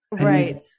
right